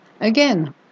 again